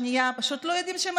לא מכירים שפה,